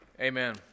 Amen